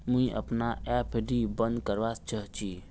मुई अपना एफ.डी बंद करवा चहची